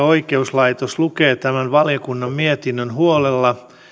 oikeuslaitos lukevat tämän valiokunnan mietinnön huolella